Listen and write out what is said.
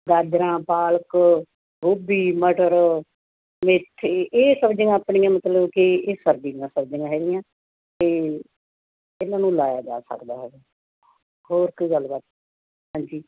ਗਾਜਰਾਂ ਪਾਲਕ ਗੋਭੀ ਮਟਰ ਮੇਥੇ ਇਹ ਸਬਜ਼ੀਆਂ ਆਪਣੀਆਂ ਮਤਲਬ ਕਿ ਇਹ ਸਰਦੀ ਦੀਆਂ ਸਬਜ਼ੀਆਂ ਹੈਗੀਆਂ ਅਤੇ ਇਹਨਾਂ ਨੂੰ ਲਾਇਆ ਜਾ ਸਕਦਾ ਹੈਗਾ ਹੋਰ ਕੋਈ ਗੱਲਬਾਤ ਹਾਂਜੀ